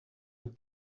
vous